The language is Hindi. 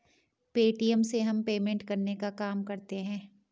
पे.टी.एम से हम पेमेंट करने का काम करते है